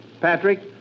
Patrick